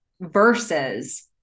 versus